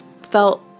felt